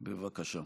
בבקשה.